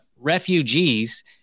refugees